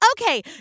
okay